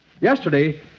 Yesterday